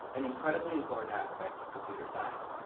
an incredibly important aspect of computer science.